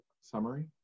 summary